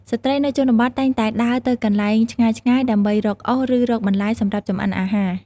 ស្ត្រីនៅជនបទតែងតែដើរទៅកន្លែងឆ្ងាយៗដើម្បីរកអុស ឬរកបន្លែសម្រាប់ចម្អិនអាហារ។